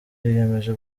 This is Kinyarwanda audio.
yiyemeje